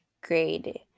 grade